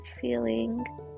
feeling